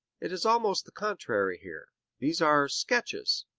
it is almost the contrary here these are sketches,